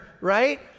Right